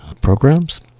programs